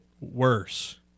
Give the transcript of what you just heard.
worse